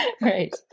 Right